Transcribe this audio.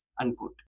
unquote